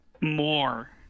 more